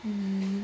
mm